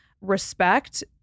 Respect